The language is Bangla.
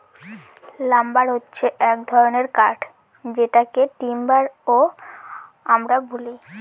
লাম্বার হছে এক ধরনের কাঠ যেটাকে টিম্বার ও আমরা বলি